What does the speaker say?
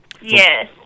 Yes